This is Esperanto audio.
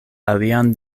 alian